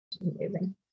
amazing